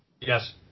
Yes